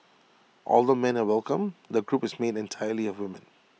although men are welcome the group is made entirely of women